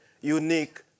unique